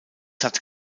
hat